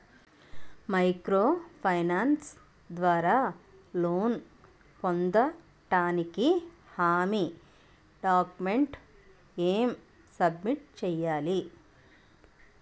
Micro finance ద్వారా loan పొందటానికి హామీ డాక్యుమెంట్స్ ఎం సబ్మిట్ చేయాలి?